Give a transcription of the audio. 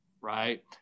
right